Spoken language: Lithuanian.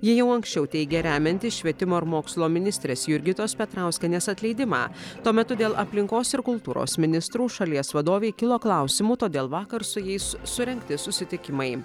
ji jau anksčiau teigia remianti švietimo ir mokslo ministrės jurgitos petrauskienės atleidimą tuo metu dėl aplinkos ir kultūros ministrų šalies vadovei kilo klausimų todėl vakar su jais surengti susitikimai